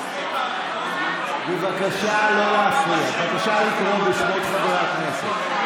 בבקשה לקרוא בשמות חברי הכנסת.